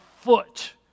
foot